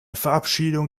verabschiedung